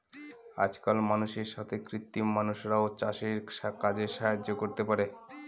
আজকাল মানুষের সাথে কৃত্রিম মানুষরাও চাষের কাজে সাহায্য করতে পারে